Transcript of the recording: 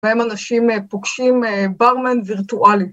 ‫בהם אנשים פוגשים ברמן וירטואלי.